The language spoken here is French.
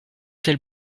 tel